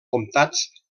comtats